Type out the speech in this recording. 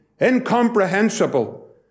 incomprehensible